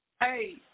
Hey